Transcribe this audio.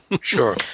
Sure